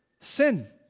sin